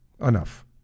enough